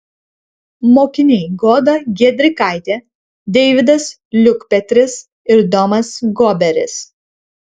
mokiniai goda giedrikaitė deividas liukpetris ir domas goberis